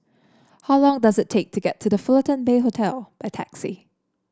how long does it take to get to The Fullerton Bay Hotel by taxi